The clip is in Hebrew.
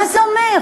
מה זה אומר?